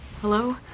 Hello